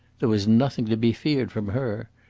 there was nothing to be feared from her.